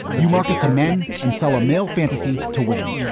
you market to men and sell a male fantasy to women.